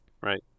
right